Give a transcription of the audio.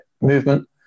movement